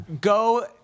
Go